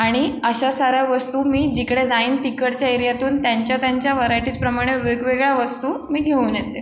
आणि अशा साऱ्या वस्तू मी जिकडे जाईन तिकडच्या एरियातून त्यांच्या त्यांच्या व्हरायटीजप्रमाणे वेगवेगळ्या वस्तू मी घेऊन येते